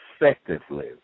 effectively